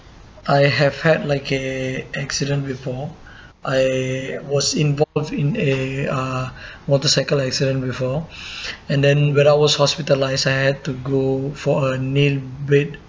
I have had like a accident before I was involved in a uh motorcycle accident before and then when I was hospitalised I had to go for a nail bed like